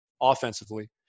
offensively